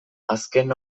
azken